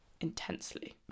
intensely